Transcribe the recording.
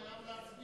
הוא חייב להצביע,